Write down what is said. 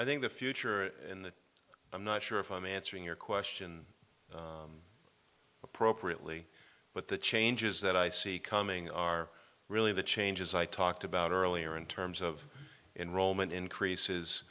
i think the future and i'm not sure if i'm answering your question appropriately but the changes that i see coming are really the changes i talked about earlier in terms of in rome and increases